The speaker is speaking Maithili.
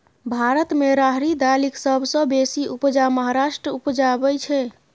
भारत मे राहरि दालिक सबसँ बेसी उपजा महाराष्ट्र उपजाबै छै